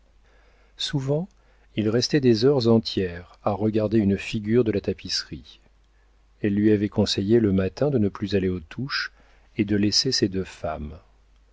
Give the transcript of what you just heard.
souvent il restait des heures entières à regarder une figure de la tapisserie elle lui avait conseillé le matin de ne plus aller aux touches et de laisser ces deux femmes